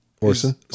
Orson